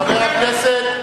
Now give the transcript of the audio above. חבר הכנסת.